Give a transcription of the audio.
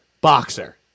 boxer